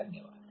धन्यवाद